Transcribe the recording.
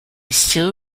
still